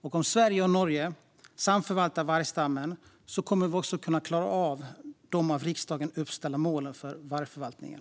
Om Sverige och Norge samförvaltar vargstammen kommer vi också att klara av de av riksdagen uppställda målen för vargförvaltningen.